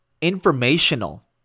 informational